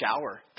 shower